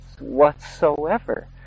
whatsoever